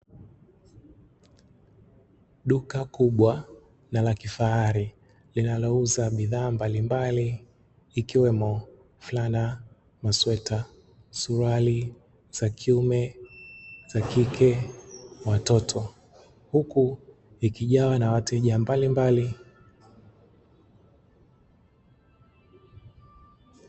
Duka kubwa na la kifahari linalouza bidhaa mbalimbali ikiwemo fulana, masweta, suruali za kiume, za kike na watoto huku likijawa na wateja mbalimbali.